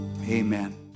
Amen